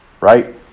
right